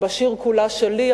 בשיר "כולה שלי",